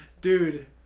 Dude